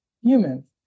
humans